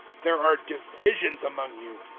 there are divisions among you.